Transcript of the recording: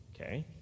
Okay